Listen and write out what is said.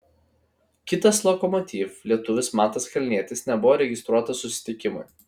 kitas lokomotiv lietuvis mantas kalnietis nebuvo registruotas susitikimui